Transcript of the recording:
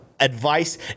advice